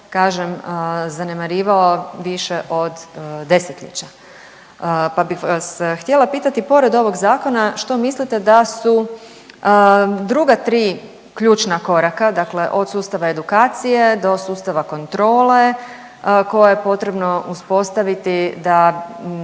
kažem zanemarivao više od desetljeća. Pa bih vas htjela pitati, pored ovog zakona što mislite da su druga tri ključna koraka, dakle od sustava edukacije do sustava kontrole koje je potrebno uspostaviti da